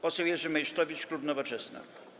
Poseł Jerzy Meysztowicz, klub Nowoczesna.